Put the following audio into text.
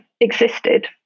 existed